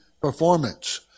performance